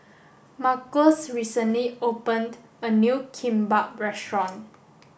Marques recently opened a new Kimbap restaurant